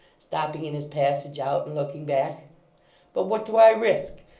stopping in his passage out and looking back but what do i risk!